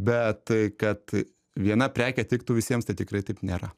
bet kad viena prekė tiktų visiems tai tikrai taip nėra